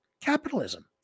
capitalism